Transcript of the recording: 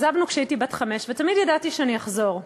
עזבנו כשהייתי בת חמש, ותמיד ידעתי שאני אחזור.